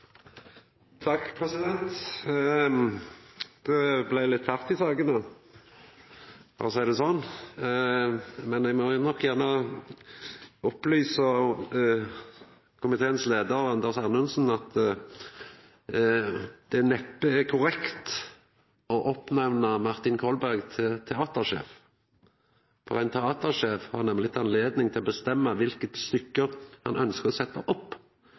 Det blei litt fart i sakene, for å seia det sånn! Men eg må nok opplysa komiteens leiar, Anders Anundsen, om at det neppe er korrekt å utnemna Martin Kolberg til teatersjef, for ein teatersjef har nemleg anledning til å bestemma kva stykke han ønskjer å setja opp.